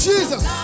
Jesus